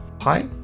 hi